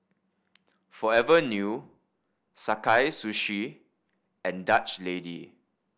Forever New Sakae Sushi and Dutch Lady